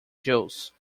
jews